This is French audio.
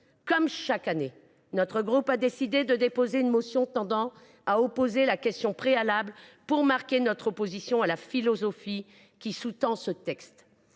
Comme chaque année, notre groupe a donc décidé de déposer une motion tendant à opposer la question préalable pour marquer son opposition à la philosophie qui sous tend ce texte.